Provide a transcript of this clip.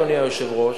אדוני היושב-ראש,